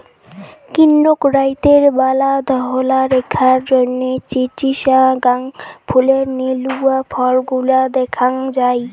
কিন্তুক রাইতের ব্যালা ধওলা রেখার জইন্যে চিচিঙ্গার ফুলের নীলুয়া ফলগুলা দ্যাখ্যাং যাই